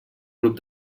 grup